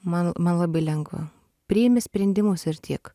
man man labai lengva priimi sprendimus ir tiek